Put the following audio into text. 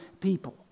people